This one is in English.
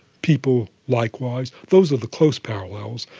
people likewise. those are the close parallels.